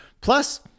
Plus